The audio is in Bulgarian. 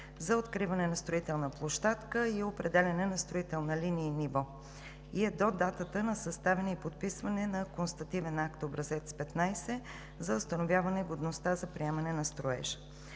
за откриване на строителна площадка и определяне на строителна линия и ниво, и е до датата на съставяне и подписване на констативен акт – Образец 15, за установяване годността за приемане на строежа.